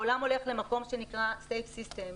העולם הולך למקום שנקרא Safe System,